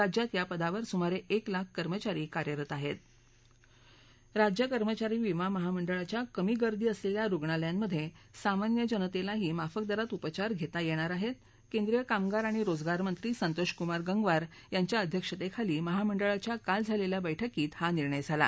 राज्यात या पदावर सुमार स्क्रि लाख कर्मचारी कार्यरत आहृत्त राज्य कर्मचारी विमा महामंडळाच्या कमी गर्दी असलख्वा रुग्णालयांमध्य स्रामान्य जनतळीही माफक दरात उपचार घती यष्पिर आहसी केंद्रीय कामगार आणि रोजगारमंत्री संतोषकुमार गंगवार यांच्या अध्यक्षतखाली महामंडळाच्या काल झालखा बैठकीत हा निर्णय झाला